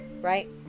right